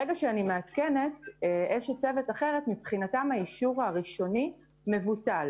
ברגע שאני מעדכנת האישור הראשוני מבוטל